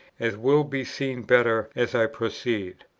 as will be seen better as i proceed.